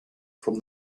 from